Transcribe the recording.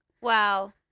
Wow